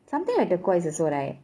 something like turquoise also right